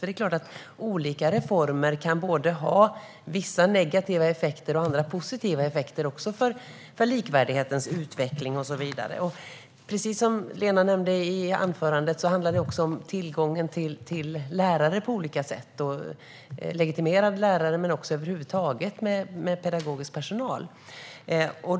Det är klart att olika reformer både kan ha vissa negativa effekter och andra positiva effekter för likvärdighetens utveckling. Precis som Lena Hallengren nämnde i sitt anförande handlar det också om tillgången till lärare på olika sätt, både legitimerade lärare och pedagogisk personal över huvud taget.